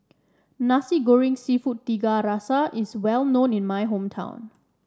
Nasi Goreng seafood Tiga Rasa is well known in my hometown